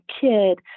kid